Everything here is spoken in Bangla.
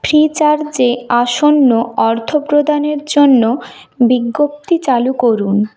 ফ্রিচার্জে আসন্ন অর্থপ্রদানের জন্য বিজ্ঞপ্তি চালু করুন